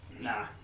nah